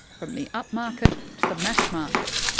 from the up-market to the mass-market.